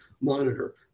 monitor